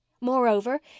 Moreover